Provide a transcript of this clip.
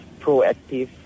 proactive